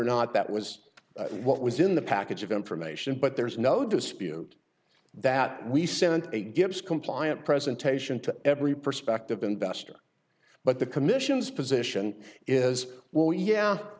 not that was what was in the package of information but there's no dispute that we sent a gibbs compliant presentation to every perspective investor but the commission's position is well yeah